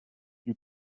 you